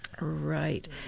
Right